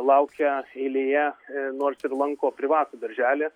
laukia eilėje nors ir lanko privatų darželį